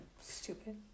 Stupid